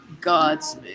God's